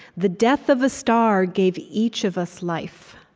the death of a star gave each of us life.